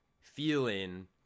feeling